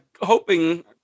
hoping